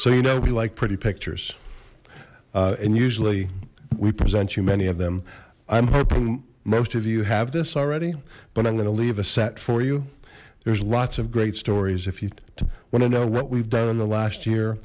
so you know we like pretty pictures and usually we present you many of them i'm hoping most of you have this already but i'm gonna leave a set for you there's lots of great stories if you want to know what we've done in the last year